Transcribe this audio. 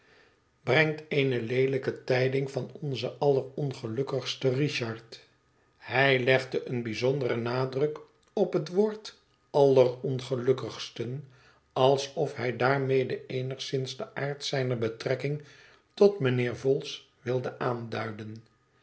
brengt eene leelijke tijding van onzen allerongelukkigsten richard hij legde een bijzonderen nadruk op het woord allerongelukkigsten alsof hij daarmede eenigszins den aard zijner betrekking tot mijnheer vholes wilde aanduiden